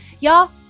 Y'all